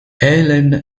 helen